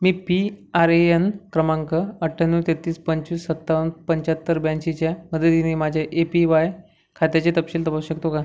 me P R A N क्रमांक अठ्ठ्याण्णव तेहत्तीस पंचवीस सत्तावन्न पंच्याहत्तर ब्याऐंशीच्या मदतीने माझ्या ए पी वाय खात्याचे तपशील तपासू शकतो का